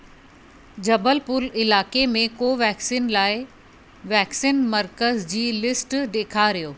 जबलपुर इलाइक़े में कोवेक्सिन लाइ वेक्सीन मर्कज़ जी लिस्ट ॾेखारियो